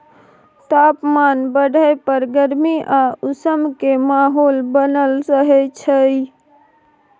तापमान बढ़य पर गर्मी आ उमस के माहौल बनल रहय छइ